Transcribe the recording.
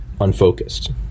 unfocused